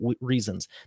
reasons